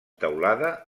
teulada